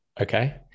Okay